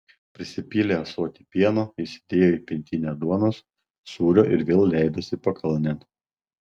prisipylė ąsotį pieno įsidėjo į pintinę duonos sūrio ir vėl leidosi pakalnėn